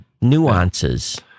nuances